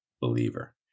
believer